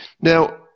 Now